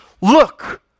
Look